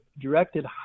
directed